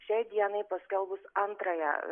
šiai dienai paskelbus antrąją